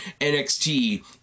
NXT